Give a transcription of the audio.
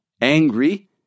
angry